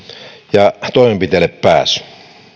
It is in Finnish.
ja toimenpiteille pääsy